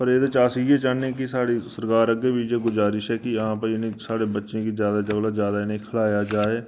ते एह्दे च अस इ'यै चाहन्ने कि साढ़े सरकार अग्गें बी इयै गुजारिश ऐ कि साढ़े बच्चें गी जादै कोला जादै इनेंगी खलाया जाए